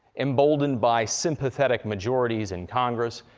emboldened by sympathetic majorities in congress,